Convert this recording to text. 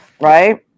Right